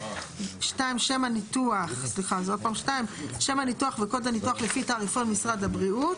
(2) שם הניתוח וקוד הניתוח לפי תעריפון משרד הבריאות,